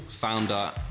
founder